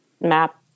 map